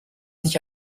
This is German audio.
sich